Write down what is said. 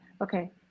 Okay